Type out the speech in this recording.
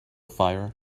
fire